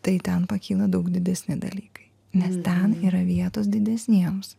tai ten pakyla daug didesni dalykai nes ten yra vietos didesniems